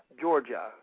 Georgia